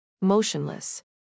Motionless